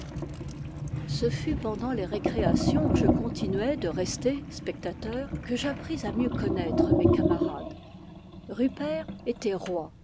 ce fut pendant les récréations où je conti nuais de rester spectateur que j'appris à mieux connaitre mes camarades rupert était roi